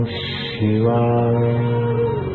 Shiva